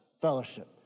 fellowship